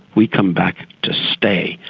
we come back to stay.